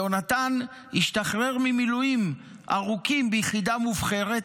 יהונתן השתחרר ממילואים ארוכים ביחידה מובחרת,